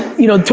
you know,